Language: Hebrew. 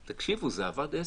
תקשיבו, זה עבד עשר.